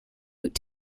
ute